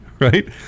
right